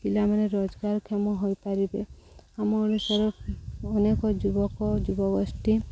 ପିଲାମାନେ ରୋଜଗାରକ୍ଷମ ହୋଇପାରିବେ ଆମ ଓଡ଼ିଶାର ଅନେକ ଯୁବକ ଯୁବଗୋଷ୍ଠୀ